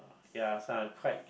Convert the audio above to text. ya quite